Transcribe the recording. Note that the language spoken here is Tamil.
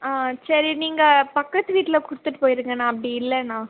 ஆ சரி நீங்கள் பக்கத்து வீட்டில் கொடுத்துட்டு போயிடுங்க நான் அப்படி இல்லைன்னா